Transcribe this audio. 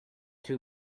two